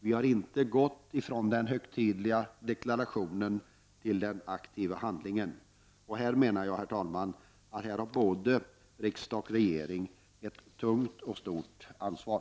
Vi har inte gått från den högtidliga deklarationen till den aktiva handlingen. Här har, menar jag, herr talman, både riksdag och regering ett tungt och stort ansvar.